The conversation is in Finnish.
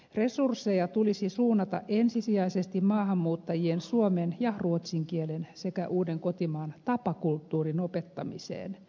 resursseja tulisi suunnata ensisijaisesti maahanmuuttajien suomen ja ruotsin kielen sekä uuden kotimaan tapakulttuurin opettamiseen